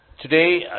Today